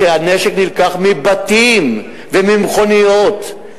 שהנשק נלקח מבתים וממכוניות,